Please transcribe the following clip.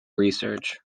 research